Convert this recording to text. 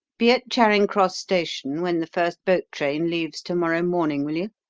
be at charing cross station when the first boat-train leaves to-morrow morning, will you,